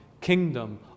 kingdom